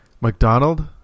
McDonald